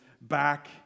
back